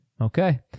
Okay